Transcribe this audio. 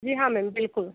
जी हाँ मैम बिल्कुल